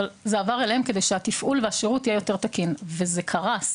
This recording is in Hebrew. אבל זה עבר אליהם כדי שהתפעול והשירות יהיה יותר תקין וזה קרס.